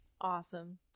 Awesome